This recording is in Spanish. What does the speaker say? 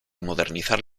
modernizar